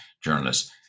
journalists